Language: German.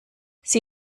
sie